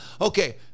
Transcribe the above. Okay